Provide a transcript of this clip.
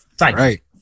Right